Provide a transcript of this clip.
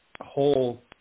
whole